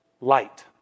Light